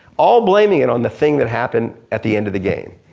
all blaming it on the thing that happened at the end of the game.